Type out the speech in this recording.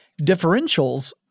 differentials